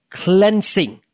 cleansing